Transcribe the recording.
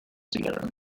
together